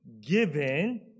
given